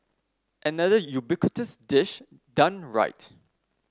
another ubiquitous dish done right